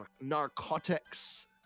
Narcotics